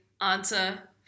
answer